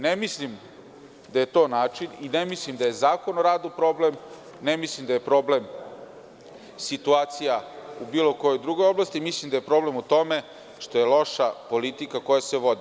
Ne mislim da je to način i ne mislim da je Zakon o radu problem, ne mislim da je problem situacija u bilo kojoj drugoj oblasti, mislim da je problem u tome što je loša politika koja se vodi.